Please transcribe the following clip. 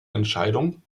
entscheidung